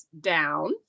down